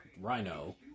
Rhino